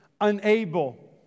Unable